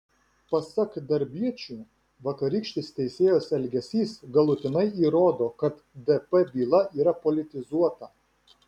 pasak darbiečių vakarykštis teisėjos elgesys galutinai įrodo kad dp byla yra politizuota